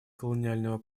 колониального